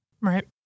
Right